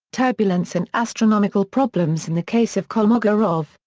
turbulence and astronomical problems in the case of kolmogorov,